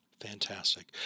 Fantastic